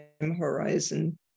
horizon